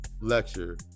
lecture